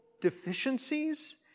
deficiencies